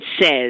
says